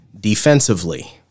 Defensively